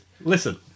Listen